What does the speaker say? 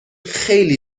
خیلی